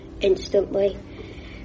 instantly